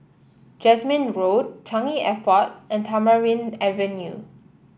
Jasmine Road Changi Airport and Tamarind Avenue